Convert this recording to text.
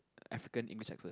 African English accent